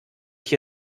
ich